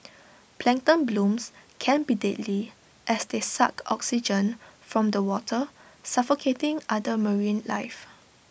plankton blooms can be deadly as they suck oxygen from the water suffocating other marine life